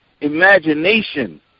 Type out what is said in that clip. imagination